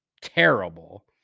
terrible